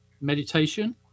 meditation